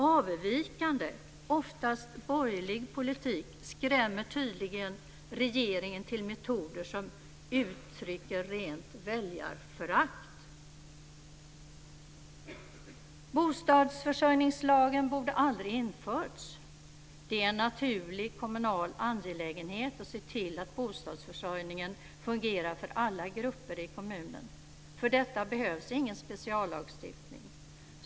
Avvikande - oftast borgerlig politik - skrämmer tydligen regeringen till metoder som uttrycker rent väljarförakt! Bostadsförsörjningslagen borde aldrig ha införts. Det är en naturlig kommunal angelägenhet att se till att bostadsförsörjningen fungerar för alla grupper i kommunen. För detta behövs ingen speciallagstiftning.